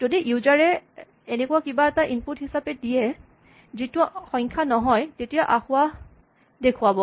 যদি ইউজাৰ এ এনেকুৱা কিবা এটা ইনপুট হিচাপে দিয়ে যিটো সংখ্যা নহয় তেতিয়া আসোঁৱাহ দেখুৱাব